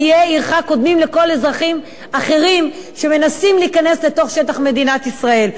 עניי עירך קודמים לכל אזרחים אחרים שמנסים להיכנס לתוך שטח מדינת ישראל.